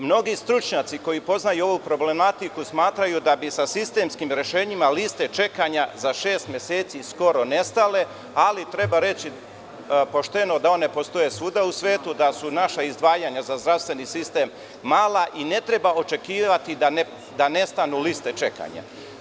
Mnogi stručnjaci koji poznaju ovu problematiku, smatraju da bi se sistemskim rešenjima liste čekanja za šest meseci, skoro nestale, ali treba reći pošteno da one postoje svuda u svetu i da su naša izdvajanja za zdravstveni sistem mala i ne treba očekivati da nestanu liste čekanja.